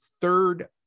third